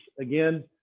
Again